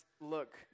look